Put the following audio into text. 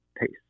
pace